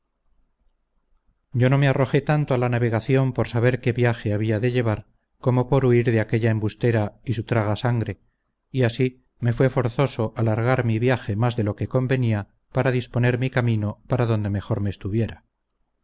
yo no me arrojé tanto a la navegación por saber qué viaje había de llevar como por huir de aquella embustera y su traga sangre y así me fue forzoso alargar mi viaje más de lo que convenía para disponer mi camino para donde mejor me estuviera